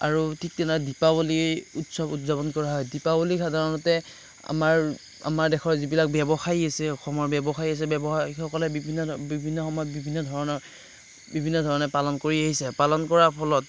আৰু ঠিক তেনে দীপাৱলী উৎসৱ উদযাপন কৰা হয় দীপাৱলীত সাধাৰণতে আমাৰ আমাৰ দেশৰ যিবিলাক ব্য়ৱসায়ী আছে অসমৰ ব্য়ৱসায়ী আছে ব্য়ৱসায়ীসকলে বিভিন্ন ধৰ বিভিন্ন সময়ত বিভিন্ন ধৰণৰ বিভিন্ন ধৰণে পালন কৰি আহিছে পালন কৰাৰ ফলত